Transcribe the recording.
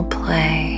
play